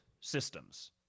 systems